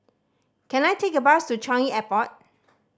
can I take a bus to Changi Airport